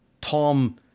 Tom